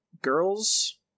girls